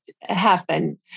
happen